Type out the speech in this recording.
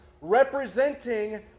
representing